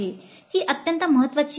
ही अत्यंत महत्वाची क्रिया आहे